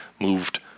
moved